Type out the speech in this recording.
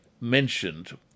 mentioned